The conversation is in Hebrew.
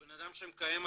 כי את בנאדם שמקיים הבטחות,